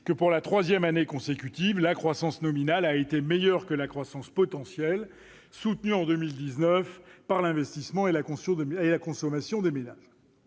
que, pour la troisième année consécutive, la croissance nominale a été meilleure que la croissance potentielle, soutenue en 2019 par l'investissement et la consommation des ménages.